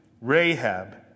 Rahab